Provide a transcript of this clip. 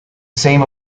same